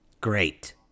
Great